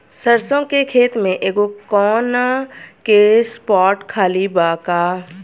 सरसों के खेत में एगो कोना के स्पॉट खाली बा का?